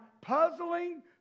puzzling